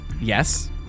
Yes